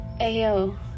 Ayo